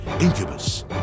Incubus